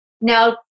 Now